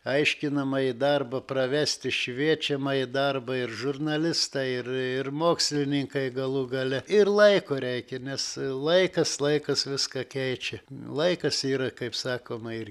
aiškinamąjį darbą pravesti šviečiamąjį darbą ir žurnalistai ir ir mokslininkai galų gale ir laiko reikia nes laikas laikas viską keičia laikas yra kaip sakoma ir